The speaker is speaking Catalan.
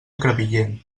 crevillent